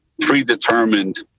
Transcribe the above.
predetermined